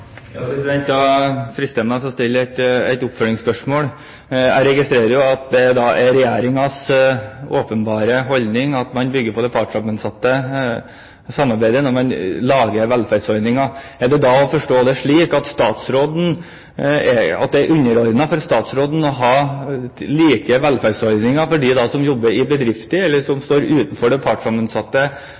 Da er jeg fristet til å stille et oppfølgingsspørsmål. Jeg registrerer jo at det er Regjeringens åpenbare holdning at man skal bygge på det partssammensatte samarbeidet når man lager velferdsordninger. Er det da å forstå slik at det er underordnet for statsråden å ha samme velferdsordninger for dem som jobber i bedrifter som står utenfor det partssammensatte